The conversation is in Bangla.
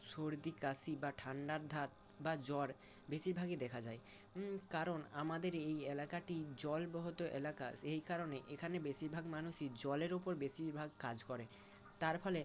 সর্দি কাশি বা ঠান্ডার ধাত বা জ্বর বেশির ভাগই দেখা যায় কারণ আমাদের এই এলাকাটি জলবাহিত এলাকা এই কারণে এখানে বেশিরভাগ মানুষই জলের ওপর বেশিরভাগ কাজ করে তার ফলে